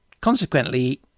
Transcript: Consequently